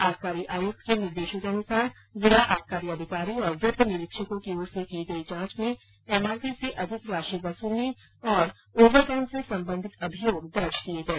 आबकारी आयुक्त के निर्देशानुसार जिला आबकारी अधिकारी और वृत्त निरीक्षकों की ओर से की गई जांच में एमआरपी से अधिक राशि वसूलने तथा ओवरटाइम से संबंधित अभियोग दर्ज किए गए